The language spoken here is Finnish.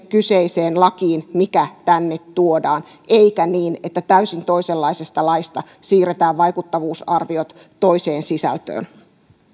kyseiseen lakiin mikä tänne tuodaan eikä niin että täysin toisenlaisesta laista siirretään vaikuttavuusarviot toiseen sisältöön